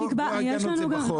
לא משנים.